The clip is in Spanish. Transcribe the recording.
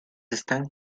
están